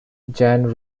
jan